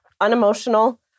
unemotional